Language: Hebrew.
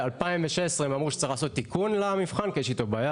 ב-2016 הם אמרו שצריך לעשות תיקון למבחן כי יש איתו בעיה,